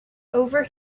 over